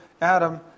Adam